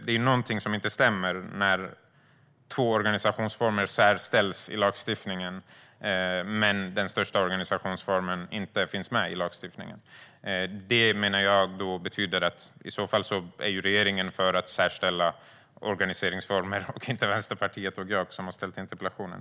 Det är någonting som inte stämmer när två organisationsformer särställs i lagstiftningen men den största organisationsformen inte finns med i lagstiftningen. Jag menar att det betyder att det är regeringen som är för att särställa organiseringsformer, inte Vänsterpartiet och jag som har ställt interpellationen.